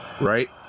right